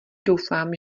doufám